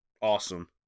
awesome